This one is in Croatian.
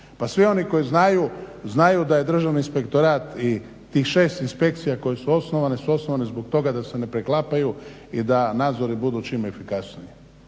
Pa svi oni koji znaju, znaju da je Državni inspektorat i tih 6 inspekcija koje su osnovane su osnovane zbog toga da se ne preklapaju i da nadzori budu čim efikasniji.